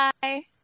Bye